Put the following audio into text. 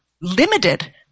limited